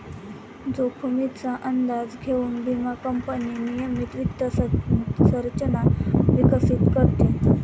जोखमीचा अंदाज घेऊन विमा कंपनी नियमित वित्त संरचना विकसित करते